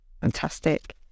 Fantastic